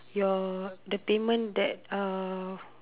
your the payment that uh